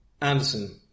Anderson